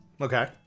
okay